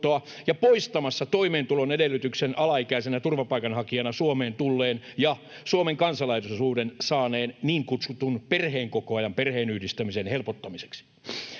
ja poistamassa toimeentulon edellytyksen alaikäisenä turvapaikanhakijana Suomeen tulleen ja Suomen kansalaisuuden saaneen niin kutsutun perheenkokoajan perheenyhdistämisen helpottamiseksi.